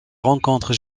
rencontre